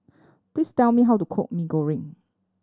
please tell me how to cook Mee Goreng